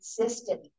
consistent